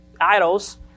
idols